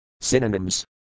Synonyms